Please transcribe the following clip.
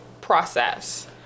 process